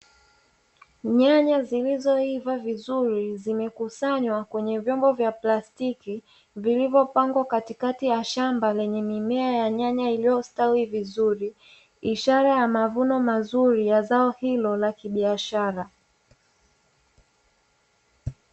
Nyanya zilizoiva vizuri zimekusanywa kwenye vyombo vya plastiki vilivyopangwa katikati ya shamba, lenye mimea ya nyanya iliyostawi vizuri ishara ya mavuno mazuri ya zao hilo la kibiashara.